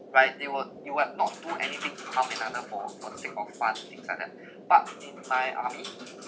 variety work you will not do anything to harm another for for the sake of fun and things like that but in my army